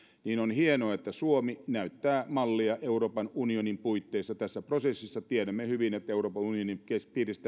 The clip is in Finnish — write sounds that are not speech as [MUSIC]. niin on hienoa että suomi näyttää mallia euroopan unionin puitteissa tässä prosessissa tiedämme hyvin että euroopan unionin piirissä [UNINTELLIGIBLE]